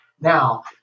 now